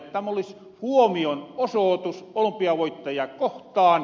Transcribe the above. tämä olis huomionosootus olumpiavoittajia kohtaan